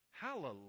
Hallelujah